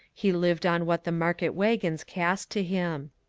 he lived on what the market wagons cast to him.